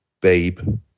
babe